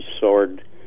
sword